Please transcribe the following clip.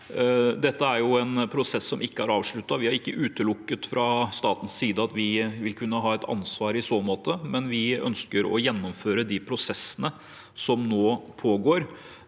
Dette er en prosess som ikke er avsluttet. Vi har ikke utelukket fra statens side at vi vil kunne ha et ansvar i så måte, men vi ønsker å gjennomføre de prosessene som nå pågår,